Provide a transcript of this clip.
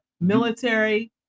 military